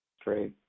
Great